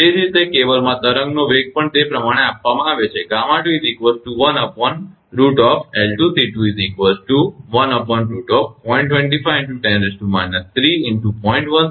એ જ રીતે કેબલમાં તરંગનો વેગ પણ તે પ્રમાણે આપવામાં આવે છે તે 1